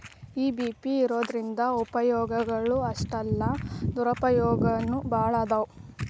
EBP ಇರೊದ್ರಿಂದಾ ಉಪಯೊಗಗಳು ಅಷ್ಟಾಲ್ದ ದುರುಪಯೊಗನೂ ಭಾಳದಾವ್